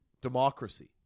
democracy